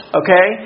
okay